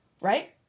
right